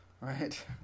Right